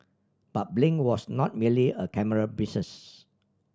but Blink was not merely a camera business